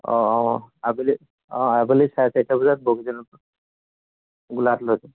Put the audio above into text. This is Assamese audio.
অঁ অঁ আবেলি অঁ আবেলি চাৰে চাৰিটা বজাত বগীবিল গোলাঘাটলৈকে